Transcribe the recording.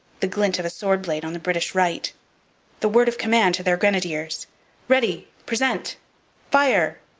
the glint of a sword-blade on the british right the word of command to their grenadiers ready present fire!